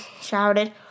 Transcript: shouted